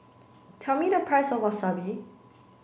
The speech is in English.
tell me the price of Wasabi